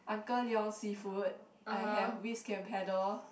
Uncle Leong seafood I have Whisk and Paddle